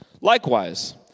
Likewise